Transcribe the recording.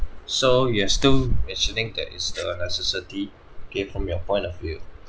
so yes still mentioning that it's a necessity okay from your point of view